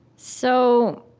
so,